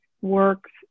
works